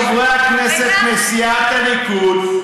חברי הכנסת מסיעת הליכוד,